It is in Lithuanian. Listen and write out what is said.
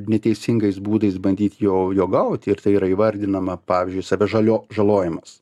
neteisingais būdais bandyt jo jo gaut ir tai yra įvardinama pavyzdžiui save žalio žalojimas